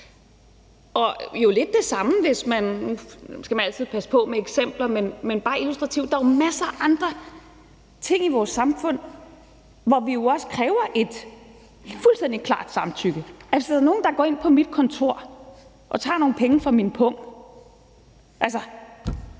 er jo lidt det samme i forhold til andre ting, selv om man altid skal passe på med andre eksempler, men det er bare illustrativt her, for der er jo masser af andre ting i vores samfund, hvor vi jo også kræver et fuldstændig klart samtykke. Hvis nogen går ind på mit kontor og tager nogle penge fra min pung, tror